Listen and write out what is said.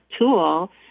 tool